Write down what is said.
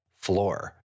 floor